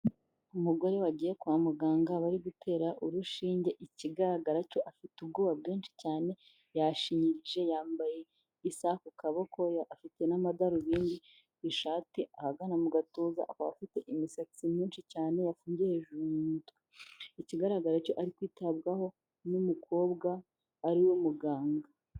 Umugore wagiye kwa muganga bari gutera urushinge ikigaragara cyo afite ubwoba bwinshi cyane yashinyirije yambaye isaha ku kaboko afite n'amadarubindi, ishati ahagana mu gatuza akaba afite imisatsi myinshi cyane yafungiye hejuru mu mutw. Ikigaragara cyo ari kwitabwaho n'umukobwa ari we muganga.